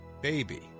BABY